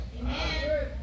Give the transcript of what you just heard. amen